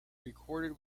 recorded